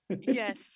Yes